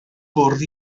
bwrdd